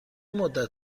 مدت